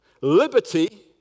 liberty